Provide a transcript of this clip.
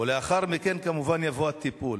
ולאחר מכן, כמובן, יבוא הטיפול.